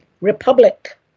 republic